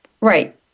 Right